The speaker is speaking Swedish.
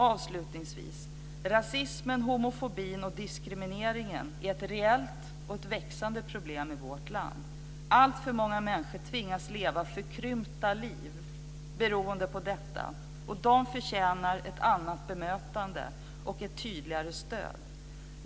Avslutningsvis: Rasismen, homofobin och diskrimineringen är ett reellt och växande problem i vårt land. Alltför många människor tvingas leva förkrympta liv beroende på detta, och de förtjänar ett annat bemötande och ett tydligare stöd.